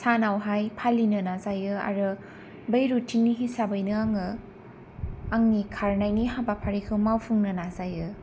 सानावहाय फालिनो नाजायो आरो बै रुटिननि हिसाबैनो आङो आंनि खारनायनि हाबाफारिखौ मावफुंनो नाजायो